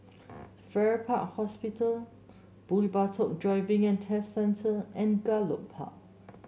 Farrer Park Hospital Bukit Batok Driving And Test Centre and Gallop Park